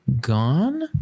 gone